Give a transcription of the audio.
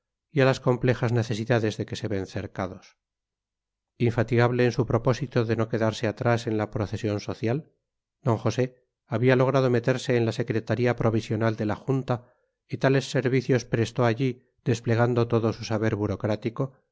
a las complejas necesidades de que se ven cercados infatigable en su propósito de no quedarse atrás en la procesión social d josé había logrado meterse en la secretaría provisional de la junta y tales servicios prestó allí desplegando todo su saber burocrático